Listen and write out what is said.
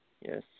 yes